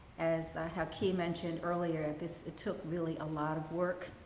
as haki mentioned earlier, this it took really a lot of work,